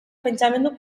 pentsamendu